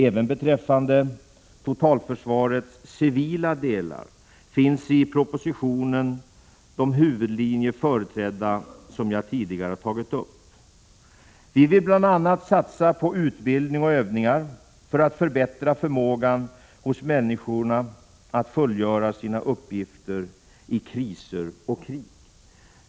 Även beträffande totalförsvarets civila delar finns i propositionen de huvudlinjer företrädda som jag tidigare har tagit upp. Vi vill bl.a. satsa på utbildning och övningar för att förbättra förmågan hos människorna att fullgöra sina uppgifter i kriser och krig.